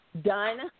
done